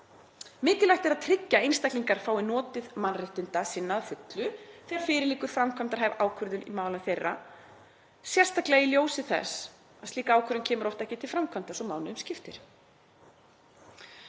„Mikilvægt er að tryggja að einstaklingar fái notið mannréttinda sinna að fullu þegar fyrir liggur framkvæmdarhæf ákvörðun í málum þeirra.“ Sérstaklega í ljósi þess að slík ákvörðun kemur oft ekki til framkvæmda svo mánuðum skiptir.